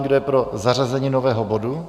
Kdo je pro zařazení nového bodu?